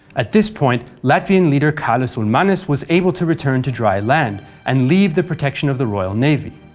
at this point, latvian leader karlis ulmanis was able to return to dry land and leave the protection of the royal navy.